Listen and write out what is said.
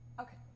Okay